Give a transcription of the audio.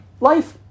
Life